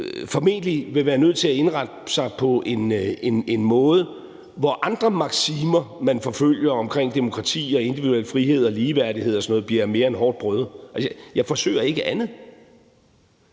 formentlig vil være nødt til at indrette sig på en måde, hvor andre maksimer, man forfølger omkring demokrati, individuel frihed og ligeværdighed og sådan noget, bliver mere end hårdt prøvet. Altså, jeg forsøger ikke andet